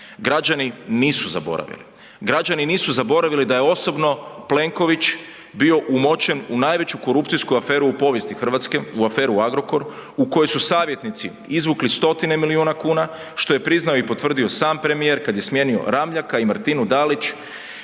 građani nisu zaboravili. Građani nisu zaboravili da je osobno Plenković bio umočen u najveću korupcijsku aferu u povijesti Hrvatske u aferu Agrokor u kojoj su savjetnici izvukli stotine milijuna kuna, što je priznao i potvrdio sam premijer kada je smijenio Ramljaka i Martinu Dalić